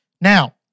Now